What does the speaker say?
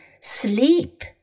sleep